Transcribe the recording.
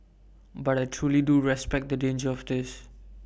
but I truly do respect the danger of this